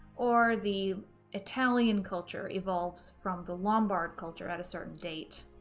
or the italian culture evolves from the lombard culture at a certain date,